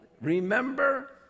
remember